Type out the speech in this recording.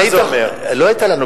אני רוצה לעזור לך.